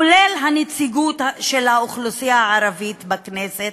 כולל הנציגות של האוכלוסייה הערבית בכנסת,